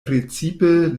precipe